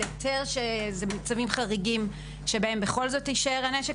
היתר במצבים חריגים שבהם בכל זאת יישאר הנשק,